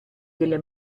delle